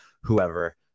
whoever